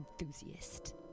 enthusiast